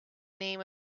name